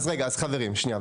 טוב, אז רגע, חברים, שנייה.